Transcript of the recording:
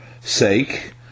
sake